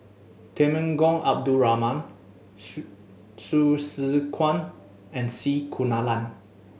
Temenggong Abdul Rahman Hsu Tse Kwang and C Kunalan